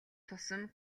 тусам